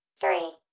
three